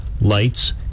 lights